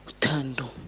Tando